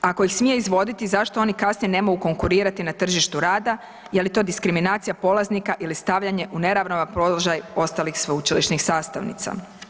Ako ih smije izvoditi zašto oni kasnije ne mogu konkurirati na tržištu rada, je li to diskriminacija polaznika ili stavljanje u neravnopravan položaj ostalih sveučilišnih sastavnica.